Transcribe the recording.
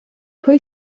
pwy